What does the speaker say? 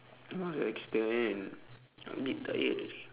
must to extend a bit tired